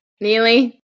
Neely